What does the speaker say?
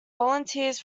volunteers